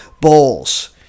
Bowls